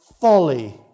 folly